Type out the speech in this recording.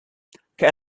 que